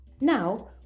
Now